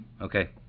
Okay